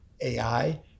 AI